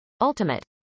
Ultimate